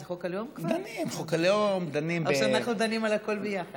זה כבר חוק הלאום או שאנחנו דנים על הכול ביחד?